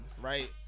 right